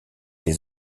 les